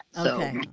Okay